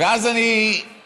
ואז אני קורא